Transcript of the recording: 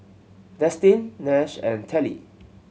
Destin Nash and Telly